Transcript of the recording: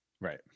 Right